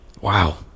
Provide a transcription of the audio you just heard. Wow